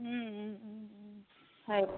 হয়